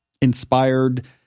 inspired